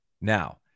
Now